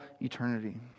eternity